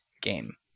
game